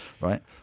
right